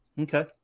Okay